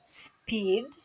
speed